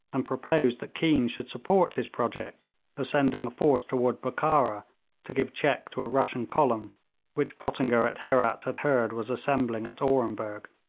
and proposed that keane should support his project of sending a force toward bokhara to give check to a russian column which pottinger at herat had heard was assembling at orenburg,